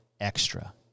extra